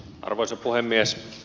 arvoisa puhemies